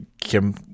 Kim